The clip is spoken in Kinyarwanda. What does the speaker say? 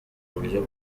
buryo